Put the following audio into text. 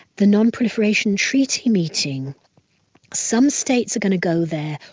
the non-proliferation treaty meeting some states are going to go there,